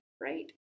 right